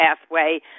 Pathway